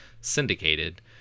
syndicated